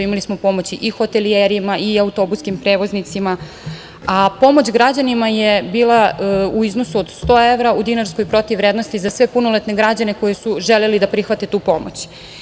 Imali smo pomoć i hotelijerima i autobuskim prevoznicima, a pomoć građanima je bila u iznosu od 100 evra u dinarskoj protivvrednosti za sve punoletne građane koji su želeli da prihvate tu pomoć.